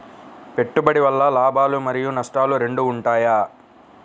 పెట్టుబడి వల్ల లాభాలు మరియు నష్టాలు రెండు ఉంటాయా?